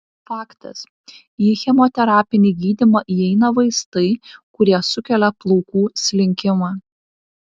faktas į chemoterapinį gydymą įeina vaistai kurie sukelia plaukų slinkimą